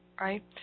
right